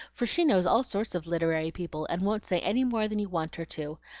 for she knows all sorts of literary people, and won't say any more than you want her to.